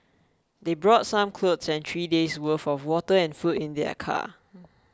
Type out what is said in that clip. they brought some clothes and three days' worth of water and food in their car